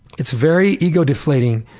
it's very ego-deflating.